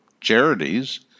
charities